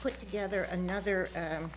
put together another